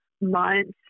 months